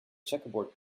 checkerboard